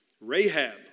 Rahab